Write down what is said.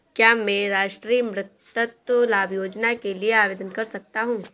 क्या मैं राष्ट्रीय मातृत्व लाभ योजना के लिए आवेदन कर सकता हूँ?